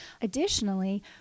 Additionally